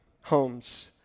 homes